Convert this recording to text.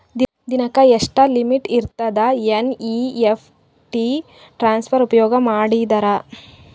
ದಿನಕ್ಕ ಎಷ್ಟ ಲಿಮಿಟ್ ಇರತದ ಎನ್.ಇ.ಎಫ್.ಟಿ ಟ್ರಾನ್ಸಫರ್ ಉಪಯೋಗ ಮಾಡಿದರ?